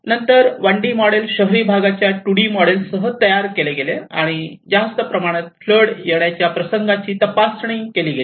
नंतर 1 D model शहरी भागाच्या 2 डी मॉडेलसह तयार केले गेले आणि जास्त प्रमाणात फ्लड येण्याच्या प्रसंगाची तपासणी केली गेली